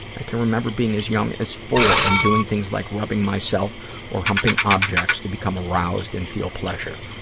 i can remember being as young as four and doing things like rubbing myself or humping objects to become aroused and feel pleasure.